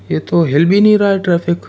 ये तो हिल भी नहीं रहा है ट्रैफ़िक